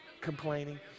complaining